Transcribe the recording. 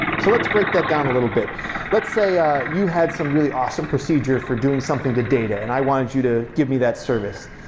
so let's break that down a little bit let's say ah you had some really awesome procedure for doing something to data, and i wanted you to give me that service.